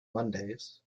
mondays